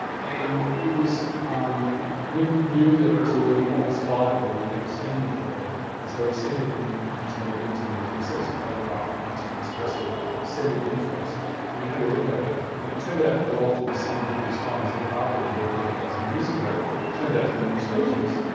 and um mick knew that it was a really odd spider that he'd never seen before and so he sent it in to me, into the museum, sent us a photograph and asked for the specimen, sent it in to us and we had a look at it, and it turned out to belong to this same group of spiders that barbara had worked on a dozen years ago. it turned out to be a new species.